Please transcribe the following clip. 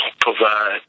provide